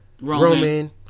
Roman